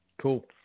Cool